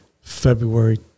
February